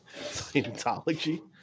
Scientology